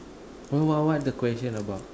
what what what the question about